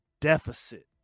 deficit